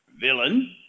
Villain